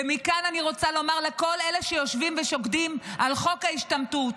ומכאן אני רוצה לומר לכל אלה שיושבים ושוקדים על חוק ההשתמטות: